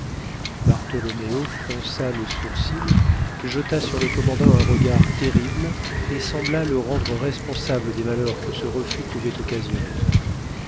bartholoméo fronça le sourcil jeta sur le commandant un regard terrible et sembla le rendre responsable des malheurs que ce refus pouvait occasionner